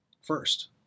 first